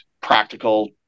practical